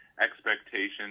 expectations